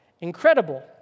Incredible